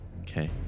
Okay